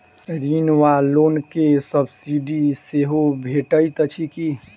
ऋण वा लोन केँ सब्सिडी सेहो भेटइत अछि की?